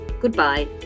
goodbye